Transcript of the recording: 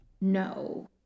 No